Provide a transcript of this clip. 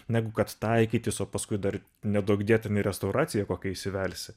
negu kad taikytis o paskui dar neduokdie ten į restauraciją kokią įsivelsi